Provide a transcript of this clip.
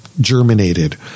germinated